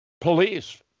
Police